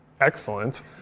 Excellent